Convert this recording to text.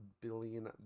billion